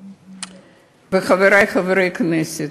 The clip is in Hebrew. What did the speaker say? ולכם, חברי חברי הכנסת,